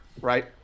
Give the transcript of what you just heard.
right